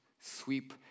Sweep